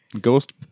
ghost